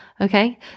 okay